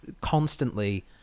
constantly